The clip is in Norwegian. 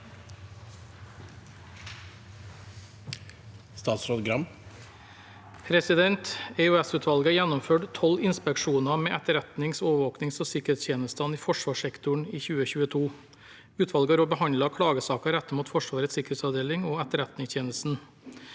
EOS-utvalget gjennomførte tolv inspeksjoner med etterretnings-, overvåkings- og sikkerhetstjenestene i forsvarssektoren i 2022. Utvalget har også behandlet klagesaker rettet mot Forsvarets sikkerhetsavdeling og Etterretningstjenesten.